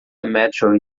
metro